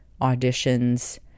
auditions